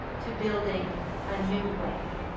to building a new way.